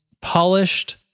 polished